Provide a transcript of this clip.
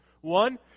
One